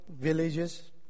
villages